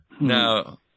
Now